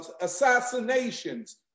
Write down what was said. assassinations